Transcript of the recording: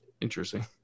interesting